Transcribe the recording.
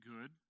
good